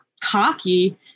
cocky